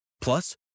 Plus